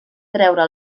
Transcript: treure